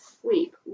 sleep